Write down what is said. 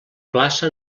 plaça